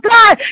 God